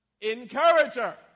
encourager